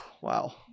Wow